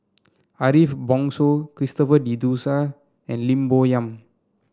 Ariff Bongso Christopher De Souza and Lim Bo Yam